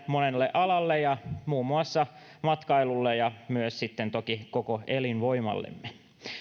monelle alalle muun muassa matkailulle ja toki myös koko elinvoimallemme